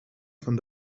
van